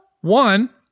one